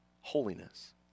holiness